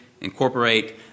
incorporate